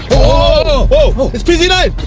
whoa! it's p z nine!